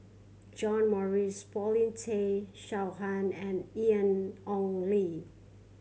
John Morrice Paulin Tay Straughan and Ian Ong Li